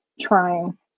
trying